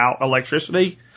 electricity